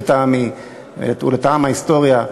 לטעמי ולטעם ההיסטוריה,